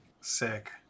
Sick